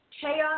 Chaos